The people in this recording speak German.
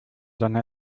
sonne